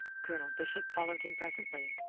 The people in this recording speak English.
colonel bishop followed him presently,